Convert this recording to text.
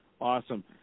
Awesome